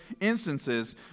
instances